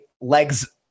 legs